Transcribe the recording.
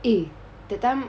eh that time